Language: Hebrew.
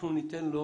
אנחנו ניתן לו